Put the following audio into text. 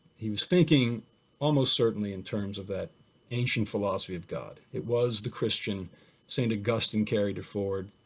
he was thinking almost certainly in terms of that ancient philosophy of god, it was the christian st. augustine carried if forward,